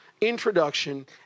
introduction